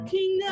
King